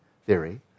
theory